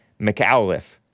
McAuliffe